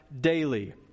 daily